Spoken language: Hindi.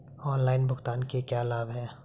ऑनलाइन भुगतान के क्या लाभ हैं?